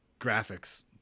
graphics